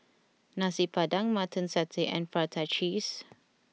Nasi Padang Mutton Satay and Prata Cheese